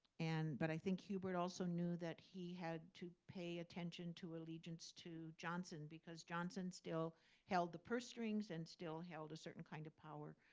and but i think hubert also knew that he had to pay attention to allegiance to johnson, because johnson still held the purse strings and still held a certain kind of power.